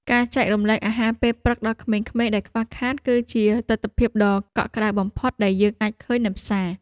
ការចែករំលែកអាហារពេលព្រឹកដល់ក្មេងៗដែលខ្វះខាត គឺជាទិដ្ឋភាពដ៏កក់ក្ដៅបំផុតដែលយើងអាចឃើញនៅផ្សារ។